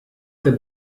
der